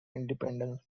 independence